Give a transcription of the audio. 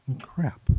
Crap